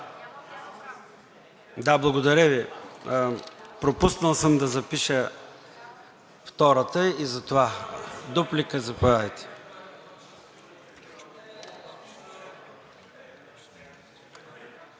Да, благодаря Ви. Пропуснал съм да запиша втората и затова. Дуплика, заповядайте.